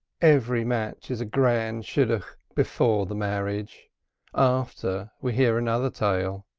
every match is a grand shidduch before the marriage after, we hear another tale.